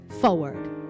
forward